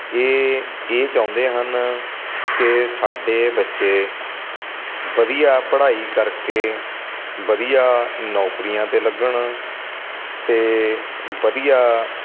ਇਹ ਇਹ ਚਾਹੁੰਦੇ ਹਨ ਕਿ ਸਾਡੇ ਬੱਚੇ ਵਧੀਆ ਪੜ੍ਹਾਈ ਕਰਕੇ ਵਧੀਆ ਨੌਕਰੀਆਂ 'ਤੇ ਲੱਗਣ ਅਤੇ ਵਧੀਆ